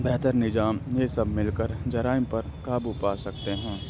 بہتر نظام یہ سب مل کر جرائم پر قابو پا سکتے ہیں